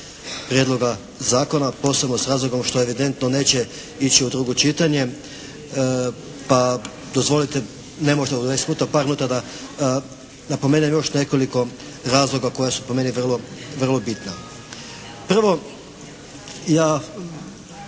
Prijedloga zakona, posebno s razlogom što evidentno neće ići u drugo čitanje, pa dozvolite par minuta da napomenem još nekoliko razloga koja su po meni vrlo bitna. Prvo, ja